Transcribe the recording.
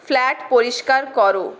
flat পরিস্কার করো